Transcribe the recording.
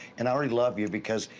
and i already love you because,